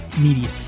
Media